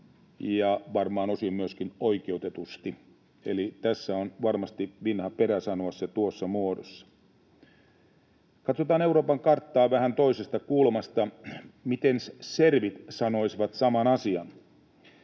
ja varmaan osin myöskin oikeutetusti. Tässä on varmasti vinha perä sanoa se tuossa muodossa. Katsotaan Euroopan karttaa vähän toisesta kulmasta. Miten serbit sanoisivat saman asian?